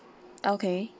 okay